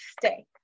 stay